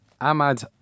Ahmad